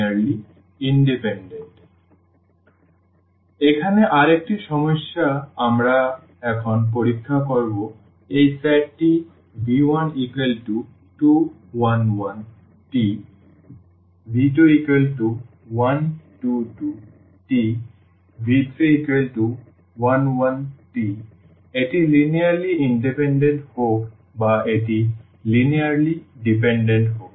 সুতরাং এখানে আরেকটি সমস্যা আমরা এখন পরীক্ষা করব এই সেটটি v1211Tv2122Tv3111T এটি লিনিয়ারলি ইন্ডিপেন্ডেন্ট হোক বা এটি লিনিয়ারলি ডিপেন্ডেন্ট হোক